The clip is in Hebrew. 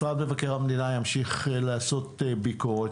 משרד מבקר המדינה ימשיך לעשות ביקורת.